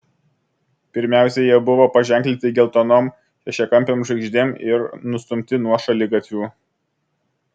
pirmiausia jie buvo paženklinti geltonom šešiakampėm žvaigždėm ir nustumti nuo šaligatvių